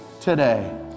today